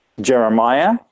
Jeremiah